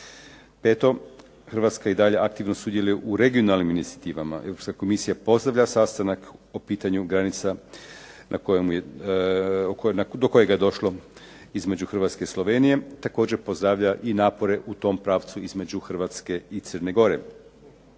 Hrvatska i dalje aktivno sudjeluje u regionalnim inicijativama. Europska komisija pozdravlja sastanak o pitanju granica do kojega je došlo između Hrvatske i Slovenije. Također pozdravlja i napore u tom pravcu između Hrvatske i Crne Gore.